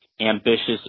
ambitious